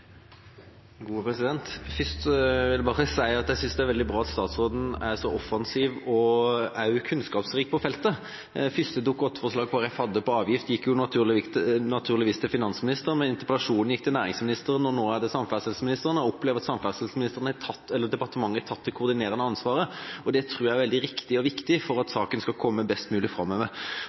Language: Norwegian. offensiv og også kunnskapsrik på feltet. Første Dokument 8-forslaget Kristelig Folkeparti hadde på avgift, gikk naturligvis til finansministeren, men interpellasjonen gikk til næringsministeren, og nå er det samferdselsministeren. Jeg opplever at samferdselsministeren og departementet har tatt det koordinerende ansvaret, og det tror jeg er veldig riktig og viktig for at saken skal komme best mulig framover.